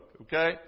okay